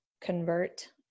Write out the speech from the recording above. convert